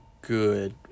good